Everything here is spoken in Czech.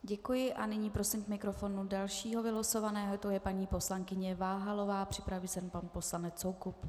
Děkuji a nyní prosím k mikrofonu dalšího vylosovaného, to je paní poslankyně Váhalová, připraví se pan poslanec Soukup.